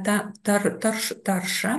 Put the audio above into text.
tą tar tarš taršą